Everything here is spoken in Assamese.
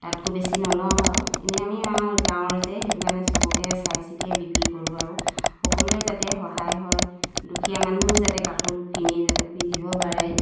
তাতকৈ বেছি নলওঁ বাৰু এনেই আমি গাঁৱৰ যে সেইটো কাৰণে চবকে চাই চিতিয়ে বিক্ৰী কৰোঁ আৰু সকলোৱে যাতে সহায় হয় দুখীয়া মানুহো যাতে কাপোৰ কিনি যাতে পিন্ধিব পাৰে